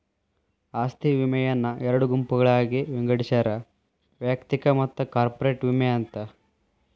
ಆಸ್ತಿ ವಿಮೆಯನ್ನ ಎರಡು ಗುಂಪುಗಳಾಗಿ ವಿಂಗಡಿಸ್ಯಾರ ವೈಯಕ್ತಿಕ ಮತ್ತ ಕಾರ್ಪೊರೇಟ್ ವಿಮೆ ಅಂತ